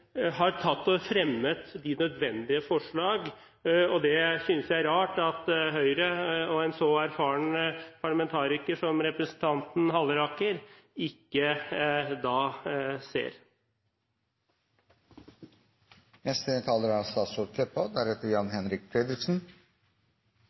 fremmet de nødvendige forslag. Jeg synes det er rart at Høyre og en så erfaren parlamentariker som representanten Halleraker ikke